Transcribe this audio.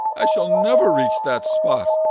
i shall never reach that spot!